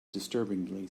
disturbingly